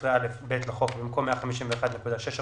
13א(ב) לחוק,